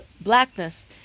blackness